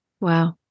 Wow